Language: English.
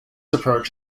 approach